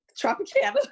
Tropicana